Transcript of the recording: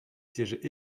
sièges